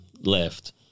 left